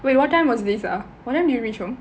wait what time was this ah what time did you reach home